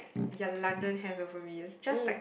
ya London has it for me it's just like